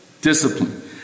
Discipline